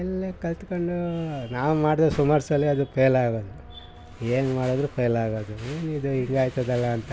ಎಲ್ಲ ಕಲ್ತ್ಕಂಡು ನಾವು ಮಾಡಿದೆ ಸುಮಾರು ಸಲ ಅದು ಫೇಲ್ ಆಗೋದು ಏನು ಮಾಡಿದ್ರು ಫೇಲ್ ಆಗೋದು ಏನಿದು ಹಿಂಗಾಯ್ತದಲ ಅಂತ